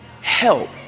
help